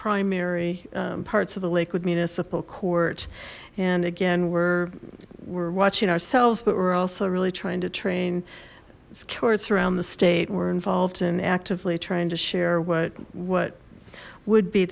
primary parts of the lakewood municipal court and again we're we're watching ourselves but we're also really trying to train its courts around the state were involved in active trying to share what what would be